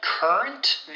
Current